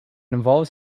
involves